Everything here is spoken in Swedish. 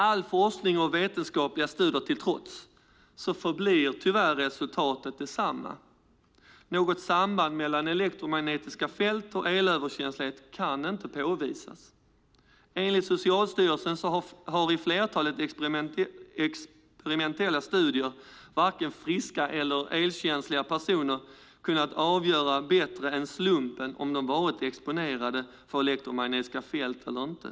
All forskning och alla vetenskapliga studier till trots förblir tyvärr resultatet detsamma: Något samband mellan elektromagnetiska fält och elöverkänslighet kan inte påvisas. Enligt Socialstyrelsen har i flertalet experimentella studier varken friska eller elkänsliga personer kunnat avgöra bättre än slumpen om de varit exponerade för elektromagnetiskt fält eller inte.